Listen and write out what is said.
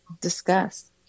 Discuss